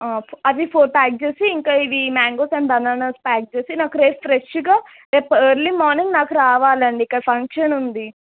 okay అవి four pack చేసి ఇంకా ఇవి మ్యాంగోస్ అండ్ బనానాస్ ప్యాక్ చేసి నాకు రేపు ఫ్రెష్గా రేపు ఎర్లీ మార్నింగ్ నాకు రావాలండి ఇక్కడ ఫంక్షన్ ఉంది